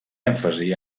èmfasi